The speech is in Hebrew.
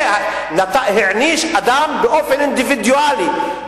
זה העניש אדם באופן אינדיבידואלי,